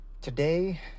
Today